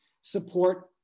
support